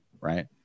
right